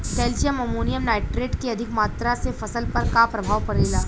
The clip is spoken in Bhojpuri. कैल्शियम अमोनियम नाइट्रेट के अधिक मात्रा से फसल पर का प्रभाव परेला?